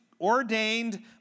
Ordained